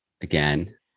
again